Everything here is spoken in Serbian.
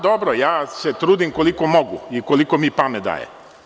Dobro, trudim se koliko mogu, i koliko mi pamet daje.